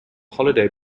holiday